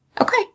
Okay